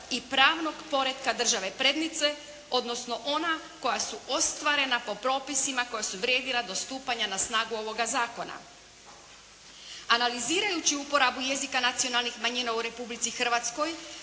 i pravnog poretka države prednice, odnosno ona koja su ostvarena po propisima koja su vrijedila do stupanja na snagu ovoga zakona. Analizirajući uporabu jezika nacionalnih manjina u Republici Hrvatskoj